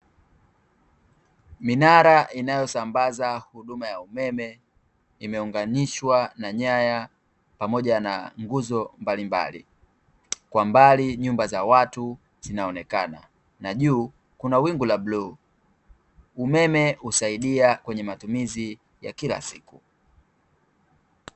Minara inayosambaza huduma ya umeme imeunganishwa na nyaya pamoja na nguzo mbalimbali kwa mbali nyumba za watu zinaonekana na juu kuna wingu la bluu, umeme husaidia kwenye matumizi ya kila siku.